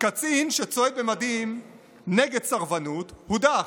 קצין שצועד במדים נגד סרבנות הודח,